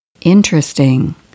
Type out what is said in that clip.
Interesting